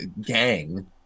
gang